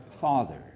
Father